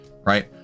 Right